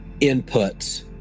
inputs